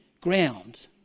ground